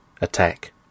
Attack